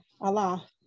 Allah